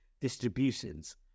distributions